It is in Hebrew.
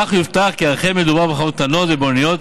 כך יובטח כי אכן מדובר בחברות קטנות ובינוניות